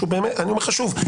אני אומר לך שוב,